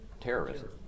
terrorism